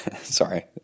Sorry